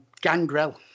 Gangrel